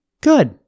Good